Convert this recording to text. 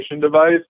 device